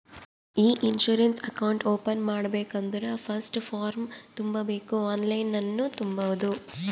E insurance account open ಮಾಡ್ಬೇಕ ಅಂದುರ್ first form ತುಂಬಬೇಕ್ ಆನ್ಲೈನನ್ನು ತುಂಬೋದು